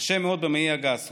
במעי הגס,